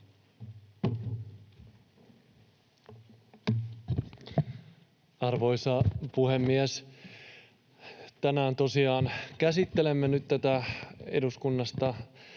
Arvoisa puhemies! Tänään tosiaan käsittelemme tätä eduskunnasta